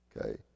Okay